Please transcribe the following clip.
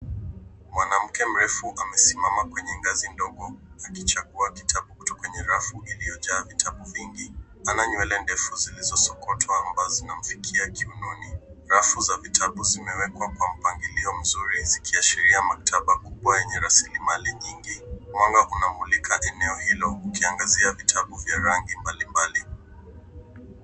Mwanamke mrefu amesimama kwenye ngazi ndogo akichagua kitabu kutoka kwenye rafu iliyojaa vitabu vingi. Ana nywele ndefu zilizosokotwa ambazo zimefikia kiunoni. Rafu za vitabu zimewekwa kwa mpangilio mzuri zikiashiria maktaba kubwa yenye rasilimali nyingi. Mwanga unamulika eneo hilo, ukiangazia vitabu vya rangi mbalimbali.